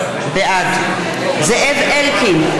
בעד זאב אלקין,